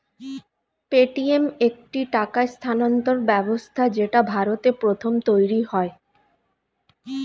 Paytm একটি টাকা স্থানান্তর ব্যবস্থা যেটা ভারতে প্রথম তৈরী হয়